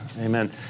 Amen